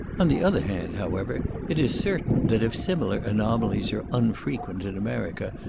on the other hand, however, it is certain that if similar anomalies are unfrequent in america,